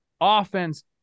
offense